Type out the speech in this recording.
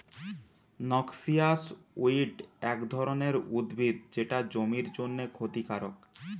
noxious weed এক ধরণের উদ্ভিদ যেটা জমির জন্যে ক্ষতিকারক